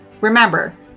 remember